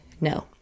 no